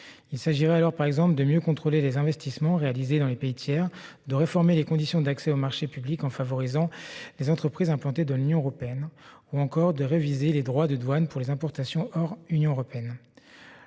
Il serait alors possible, par exemple, de mieux contrôler les investissements réalisés dans des pays tiers, de réformer les conditions d'accès aux marchés publics en favorisant les entreprises implantées dans l'Union européenne ou encore de réviser les droits de douane pour les importations en provenance